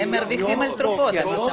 הם מרוויחים על תרופות --- לא,